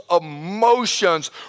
emotions